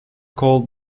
called